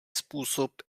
způsob